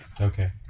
Okay